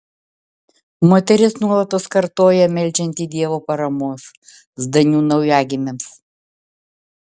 moteris nuolatos kartoja meldžianti dievo paramos zdanių naujagimiams